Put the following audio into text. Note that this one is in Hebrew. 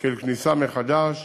כאל כניסה מחדש,